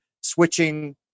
switching